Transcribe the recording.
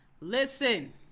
Listen